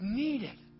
needed